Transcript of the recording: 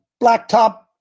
blacktop